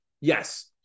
yes